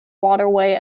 waterway